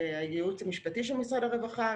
הייעוץ המשפטי של משרד הרווחה,